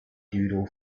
doodle